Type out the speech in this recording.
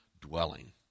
dwelling